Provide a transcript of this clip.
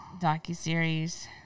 docuseries